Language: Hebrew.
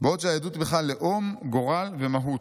"בעוד שהיהדות בכלל לאום, גורל ומהות.